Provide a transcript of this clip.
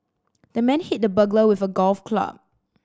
the man hit the burglar with a golf club